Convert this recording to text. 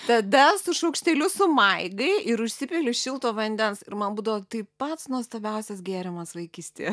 tada su šaukšteliu sumaigai ir užsipili šilto vandens ir man būdavo tai pats nuostabiausias gėrimas vaikystėje